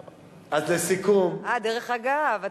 אגב,